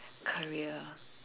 career